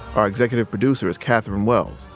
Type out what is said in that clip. our executive producer is katherine wells.